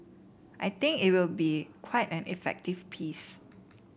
I think it will be quite an effective piece